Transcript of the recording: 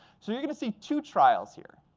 so you're going to see two trials here.